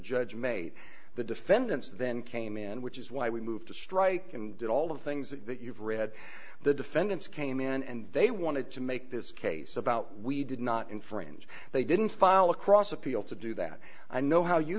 judge made the defendants then came in which is why we moved to strike and did all of the things that you've read the defendants came in and they wanted to make this case about we did not infringe they didn't file across appeal to do that i know how you